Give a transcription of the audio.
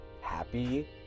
happy